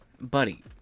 Buddy